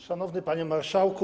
Szanowny Panie Marszałku!